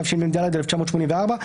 התשמ"ד-1984,